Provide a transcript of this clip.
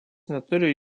neturi